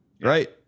right